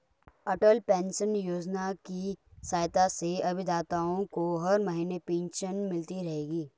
अटल pension Yojana की सहायता से अभिदाताओं को हर महीने पेंशन मिलती रहेगी